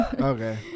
Okay